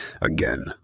Again